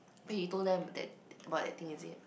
wait you told them that about that thing is it